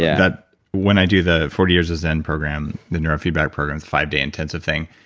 yeah but when i do the forty years of zen program, the neurofeedback programs, five day intensive thing,